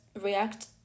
react